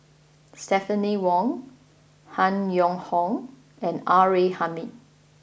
Stephanie Wong Han Yong Hong and R A Hamid